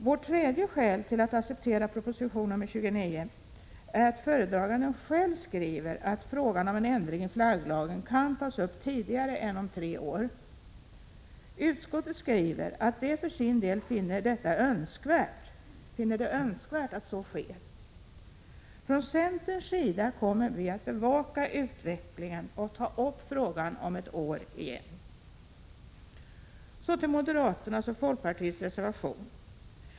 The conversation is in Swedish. Vårt tredje skäl till att acceptera proposition nr 29 är att föredraganden själv skriver att frågan om en ändring av flagglagen kan tas upp tidigare än om tre år. Utskottet skriver att det för sin del finner det önskvärt att så sker. Från centerns sida kommer vi att bevaka utvecklingen och ta upp frågan igen om ett år. Så till moderaternas och folkpartiets reservation.